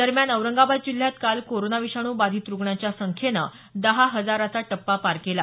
दरम्यान औरंगाबाद जिल्ह्यात कोरोना विषाणू बाधित रुग्णांच्या संख्येनं दहा हजाराचा टप्पा पार केला